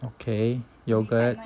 okay yogurt